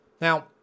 Now